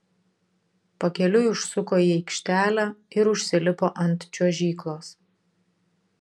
pakeliui užsuko į aikštelę ir užsilipo ant čiuožyklos